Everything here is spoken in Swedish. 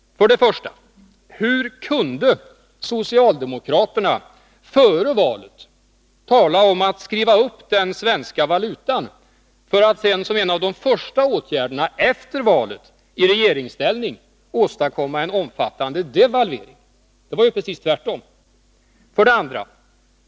Hur kunde socialdemokraterna före valet tala om att skriva upp den svenska valutan, för att sedan som en av de första åtgärderna efter valet, i regeringsställning, åstadkomma en omfattande devalvering, dvs. göra precis tvärtom? 2.